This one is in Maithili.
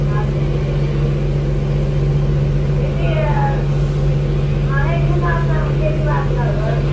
आओर दी हूँ दीदी अहींके हिसाबसँ हम खेतीबाड़ी करबै